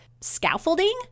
scaffolding